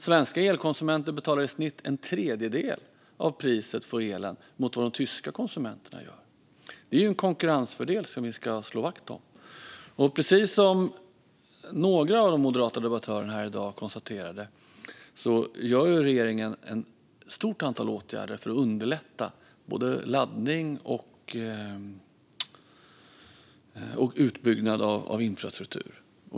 Svenska elkonsumenter betalar i snitt en tredjedel av vad de tyska konsumenterna betalar. Det är en konkurrensfördel som vi ska slå vakt om. Precis som några av de moderata debattörerna här i dag konstaterade vidtar regeringen ett stort antal åtgärder för att underlätta både laddning och utbyggnad av infrastruktur.